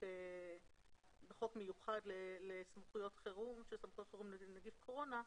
בחוק מיוחד לסמכויות חירום (נגיף קורונה),